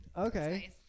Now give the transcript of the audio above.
Okay